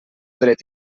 dret